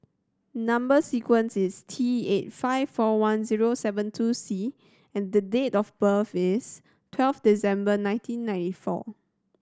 number sequence is T eight five four one zero seven two C and the date of birth is twelve December nineteen ninety four